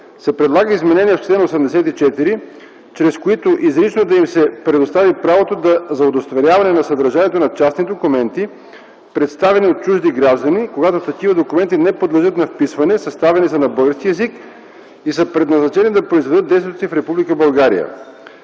се предлагат изменения в чл. 84, чрез които изрично да им се предостави правото за удостоверяване на съдържанието на частни документи, представени от чужди граждани, когато такива документи не подлежат на вписване, съставени са на български език и са предназначени да произведат действието си в